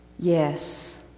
Yes